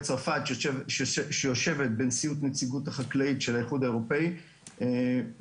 צרפת שיושבת בנשיאות נציגות החקלאים של האיגוד האירופי מעלה